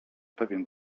pewien